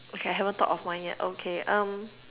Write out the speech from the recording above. okay I haven't thought of mine yet okay um